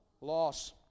loss